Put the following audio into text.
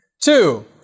Two